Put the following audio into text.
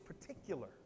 particular